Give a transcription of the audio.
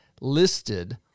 listed